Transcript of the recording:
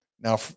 Now